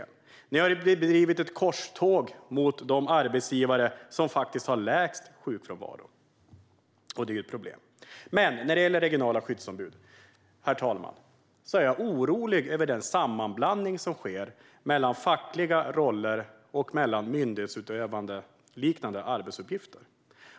Man har bedrivit ett korståg mot de arbetsgivare som har lägst sjukfrånvaro, och det är ett problem. Herr talman! När det gäller regionala skyddsombud är jag orolig över den sammanblandning som sker mellan fackliga roller och myndighetsutövandeliknande arbetsuppgifter.